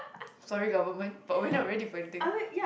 sorry government but we're not ready for anything